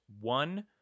one